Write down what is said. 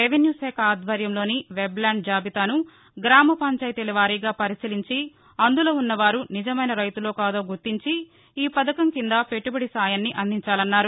revenue శాఖ ఆధ్వర్యంలోని webland జాబితాను గ్రామ పంచాయితీల వారీగా పరిశీలించి అందులో ఉన్న వారు నిజమైన రైతులో కాదో గుర్తించి ఈ పథకం కింద పెట్టుబడి సాయాన్ని అందించాలన్నారు